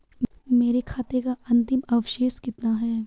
मेरे खाते का अंतिम अवशेष कितना है?